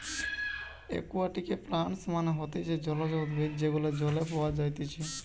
একুয়াটিকে প্লান্টস মানে হতিছে জলজ উদ্ভিদ যেগুলো জলে পাওয়া যাইতেছে